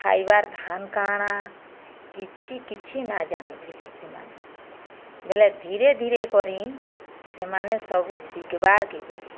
ଖାଇବାର୍ ଧାନ୍ କାଁଣା କିଛି କିଛି ନା ଜାନୁଥିଲେ ସେମାନେ ବେଲେ ଧୀରେ ଧୀରେ କରି ସେମାନେ ସବୁ ଶିଖ୍ବାର୍ କେ ଗଲେ